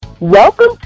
Welcome